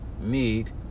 need